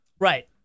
Right